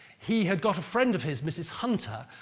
he had got a friend of his, mrs hunter,